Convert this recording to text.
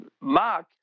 mark